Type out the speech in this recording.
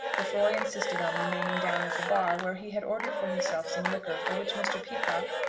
lefroy insisted on remaining down at the bar, where he had ordered for himself some liquor for which mr. peacocke,